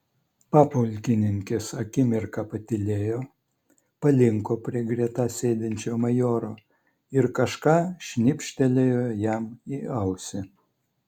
papulkininkis akimirką patylėjo palinko prie greta sėdinčio majoro ir kažką šnibžtelėjo jam į ausį